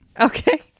Okay